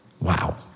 Wow